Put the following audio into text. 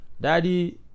Daddy